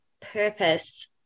purpose